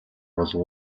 болов